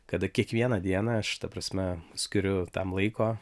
kada kiekvieną dieną aš ta prasme skiriu tam laiko